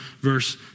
verse